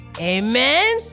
Amen